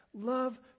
Love